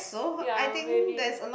ya maybe